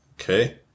Okay